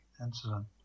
incident